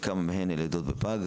כמה מהן הן לידות פגים?